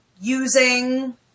using